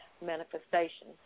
Manifestation